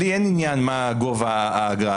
לי אין עניין מה גובה האגרה.